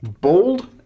bold